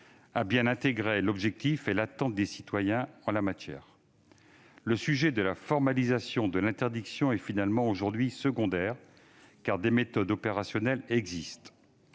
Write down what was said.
bien intégré l'objectif et l'attente des citoyens en la matière. La question de la formalisation de l'interdiction est finalement secondaire aujourd'hui, car des méthodes opérationnelles existent.